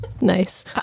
Nice